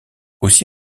aussi